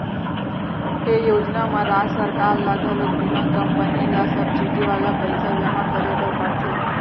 ए योजना म राज सरकार ल घलोक बीमा कंपनी ल सब्सिडी वाला पइसा जमा करे बर परथे